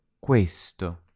questo